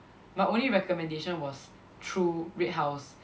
my only recommendation was through red house